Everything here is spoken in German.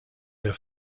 der